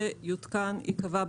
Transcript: במהלך הקורונה היה את שניהם.